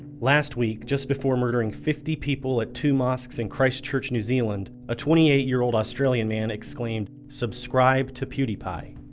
last week just before murdering fifty people at two mosques in christchurch new zealand a twenty eight year old australian man exclaimed subscribe to pewdiepie.